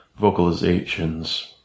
vocalizations